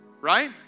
right